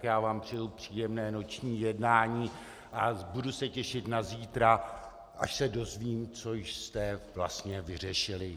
Přeji vám příjemné noční jednání a budu se těšit na zítra, až se dozvím, co jste vlastně vyřešili.